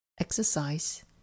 exercise